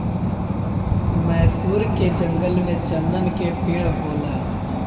मैसूर के जंगल में चन्दन के पेड़ होला